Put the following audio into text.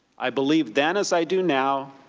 i believed then as i do now,